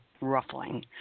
ruffling